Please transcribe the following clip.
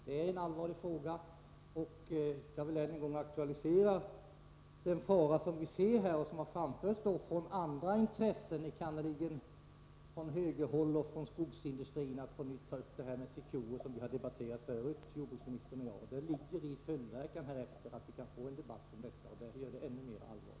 Detta är en allvarlig fråga, och jag vill än en gång peka på den fara vi ser här och som aktualiserats även från andra håll, enkannerligen från högerhåll och från skogsindustrin, när man på nytt börjat tala om Secure-reaktorer. Den saken har jordbruksministern och jag tidigare debatterat. En följdverkan av diskussionen om kolintroduktionen kan bli en ny debatt om Securereaktorer, vilket gör det hela ännu allvarligare.